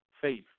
faith